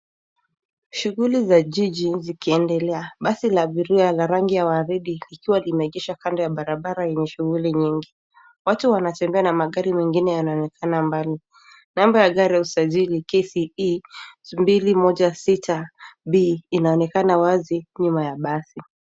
Shughuli za jiji zikiendelea. Basi la abiria la rangi ya waridi likiwa limeegeshwa kando ya barabara yenye shughuli nyingi. Watu wanatembea na magari mengine yanaonekana mbali. Namba ya gari wa usajili KCE 216B inaonekana wazi nyuma ya basi.